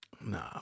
Nah